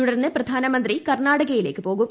തുടർന്ന് പ്രധാനമന്ത്രി കർണാടകയിലേക്ക് പോകും